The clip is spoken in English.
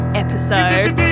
episode